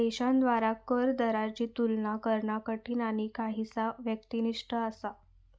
देशांद्वारा कर दरांची तुलना करणा कठीण आणि काहीसा व्यक्तिनिष्ठ असा